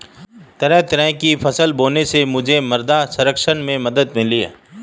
तरह तरह की फसल बोने से मुझे मृदा संरक्षण में मदद मिली